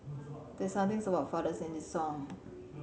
there's something about fathers in this song